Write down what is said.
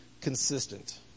consistent